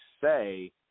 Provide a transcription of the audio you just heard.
say